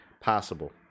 possible